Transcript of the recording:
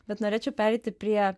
bet norėčiau pereiti prie